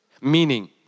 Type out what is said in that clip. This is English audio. meaning